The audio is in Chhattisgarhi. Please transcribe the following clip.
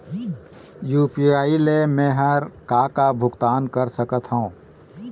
यू.पी.आई ले मे हर का का भुगतान कर सकत हो?